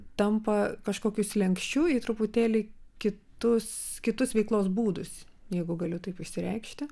tampa kažkokiu slenksčiu į truputėlį kitus kitus veiklos būdus jeigu galiu taip išsireikšti